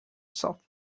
soft